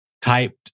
typed